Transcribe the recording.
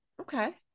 Okay